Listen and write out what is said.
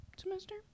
semester